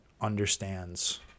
understands